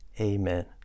Amen